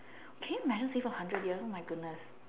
can you imagine sleep for hundred years oh my goodness